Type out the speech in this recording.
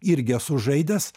irgi esu žaidęs